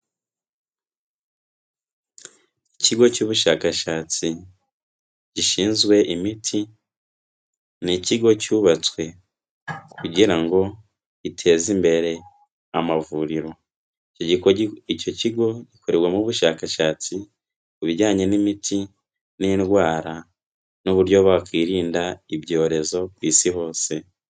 Ikigo cy'ubushakashatsi gishinzwe imiti, ni ikigo cyubatswe kugira ngo giteza imbere amavuriro, icyo kigo gikorerwamo ubushakashatsi ku bijyanye n'imiti n'indwara n'uburyo bakwirinda ibyorezo ku Isi hose.